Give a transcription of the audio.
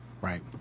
Right